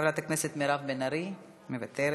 חברת הכנסת מירב בן-ארי, מוותרת.